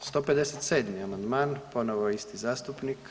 157. amandman ponovo isti zastupnik.